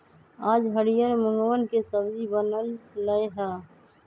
आज हरियर मूँगवन के सब्जी बन लय है